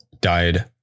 died